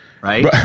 right